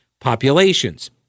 populations